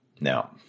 Now